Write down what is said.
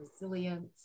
resilience